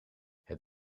het